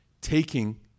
Taking